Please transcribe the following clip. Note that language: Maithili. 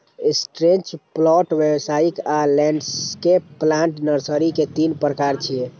स्ट्रेच प्लांट, व्यावसायिक आ लैंडस्केप प्लांट नर्सरी के तीन प्रकार छियै